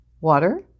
water